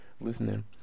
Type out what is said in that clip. listening